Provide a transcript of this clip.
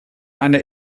eine